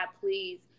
please